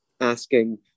asking